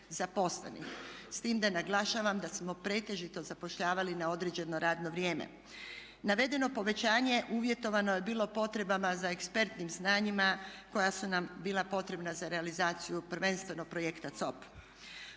zaposlenih. S tim da naglašavam da smo pretežito zapošljavali na određeno radno vrijeme. Navedeno povećanje uvjetovano je bilo potrebno za ekspertnim znanjima koja su nam bila potrebna za realizaciju prvenstveno projekta COP.